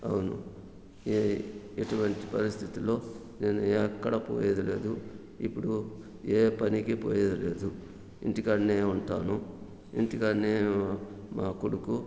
అవును ఏ ఎటువంటి పరిస్థితుల్లో నేను ఎక్కడికి పోయేది లేదు ఇప్పుడు ఏ పనికి పోయేది లేదు ఇంటికాడనే ఉంటాను ఇంటికాడనే మా కొడుకు